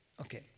Okay